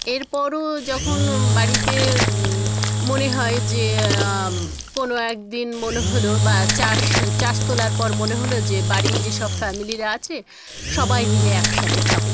এরপরও যখন বাড়িতে মনে হয় যে কোনো এক দিন মনে হলো বা চাষ চাষ তোলার পর মনে হলো যে বাড়ির যেসব ফ্যামিলিরা আছে সবাই মিলে একসাথে খাবো